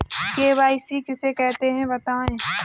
KYC किसे कहते हैं बताएँ?